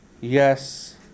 yes